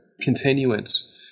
continuance